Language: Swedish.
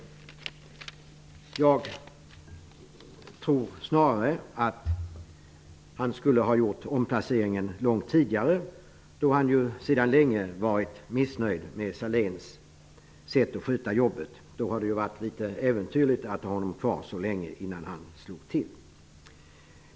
Men jag tror att han snarare skulle ha gjort omplaceringen långt tidigare, då han ju sedan länge varit missnöjd med Anders Sahléns sätt att sköta jobbet -- det hade ju varit litet äventyrligt att ha kvar denne så länge innan han slog till.